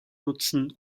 nutzen